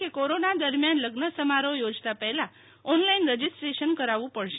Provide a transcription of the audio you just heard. કેકોરોના દરમિયાન લઝન સમારોહ થોજતા પહેલા ઓનલાઈન રજીસ્ટ્રેશન કરાવવું પડશે